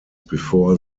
before